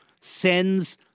sends